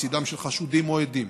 מצידם של חשודים או עדים,